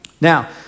Now